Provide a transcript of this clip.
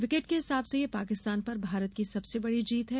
wicket के हिसाब से यह पाकिस्तान पर भारत की सबसे बड़ी जीत है